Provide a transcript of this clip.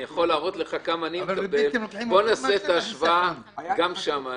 צריך להוסיף על הסכום הזה גם את הסיכון